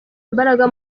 imbaraga